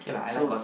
so